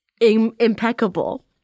impeccable